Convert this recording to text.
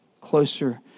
closer